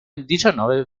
diciannove